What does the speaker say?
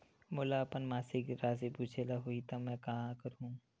मोला अपन मासिक राशि पूछे ल होही त मैं का करहु?